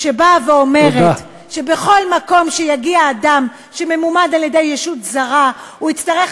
שבאה ואומרת שבכל מקום שיגיע אדם שממומן על-ידי ישות זרה הוא יצטרך